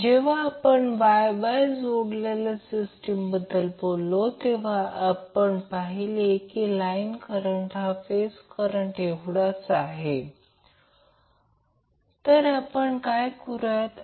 याचा अर्थ म्हणून आपण आत्ताच जे काही केले त्याचा अर्थ असा की ती line to line voltage magnitude √3 phase voltage magnitude असेल